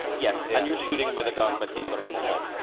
yeah yeah and you're shooting him with a gun, but he's got a bomb.